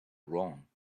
wrong